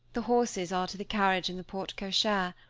the horses are to the carriage in the porte-cochere.